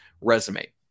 resume